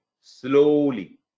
slowly